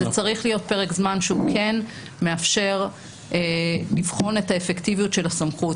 זה צריך להיות פרק זמן שכן מאפשר לבחון את האפקטיביות של הסמכות.